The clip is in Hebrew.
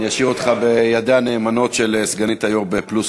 אני אשאיר אותך בידיה הנאמנות של סגנית היושב-ראש פלוסקוב,